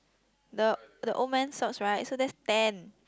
the the old man socks right so that's ten